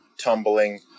tumbling